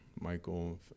michael